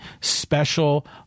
special